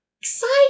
Exciting